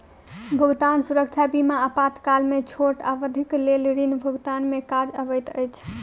भुगतान सुरक्षा बीमा आपातकाल में छोट अवधिक लेल ऋण भुगतान में काज अबैत अछि